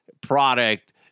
product